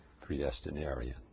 predestinarian